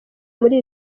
muri